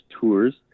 tours